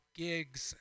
gigs